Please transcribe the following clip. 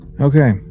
Okay